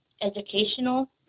educational